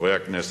חברי הכנסת,